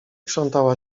krzątała